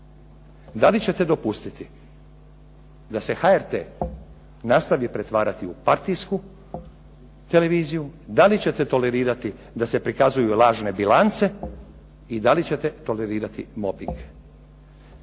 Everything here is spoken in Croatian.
Da li ćete dopustiti da se HRT nastavi pretvarati u partijsku televiziju? Da li ćete tolerirati da se prikazuju lažne bilance? I da li ćete tolerirati mobing?